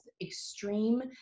extreme